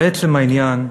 ולעצם העניין.